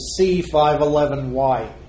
C511Y